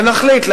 ונחליט.